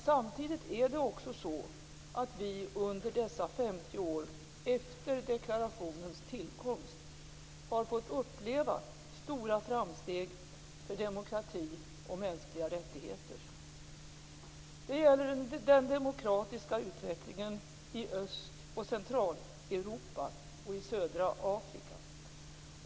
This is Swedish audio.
Samtidigt är det också så att vi under dessa 50 år efter deklarationens tillkomst har fått uppleva stora framsteg för demokrati och mänskliga rättigheter. Det gäller den demokratiska utvecklingen i Öst och Centraleuropa, i södra Afrika.